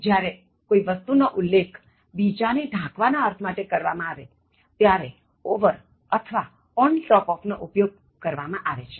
જ્યારે કોઇ વસ્તુ નો ઉલ્લેખ બીજા ને ઢાંકવા ના અર્થ માટે કરવામાં આવે ત્યારે over અથવા on top of નો ઉપયોગ કરવામાં આવે છે